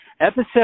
Episode